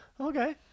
Okay